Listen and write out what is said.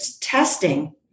testing